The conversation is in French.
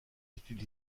études